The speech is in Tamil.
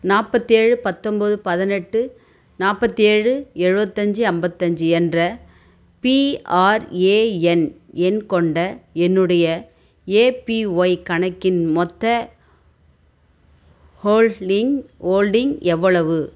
நாற்பத்தேழு பத்தொன்போது பதினெட்டு நாற்பத்தேழு எழுபத்தஞ்சி ஐம்பத்தஞ்சி என்ற பிஆர்ஏஎன் எண் கொண்ட என்னுடைய ஏபிஒய் கணக்கின் மொத்த ஹோலடிங் ஹோல்டிங் எவ்வளவு